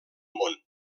món